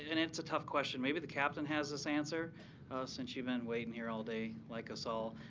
and it's a tough question. maybe the captain has this answer since you've been waiting here all day like us all.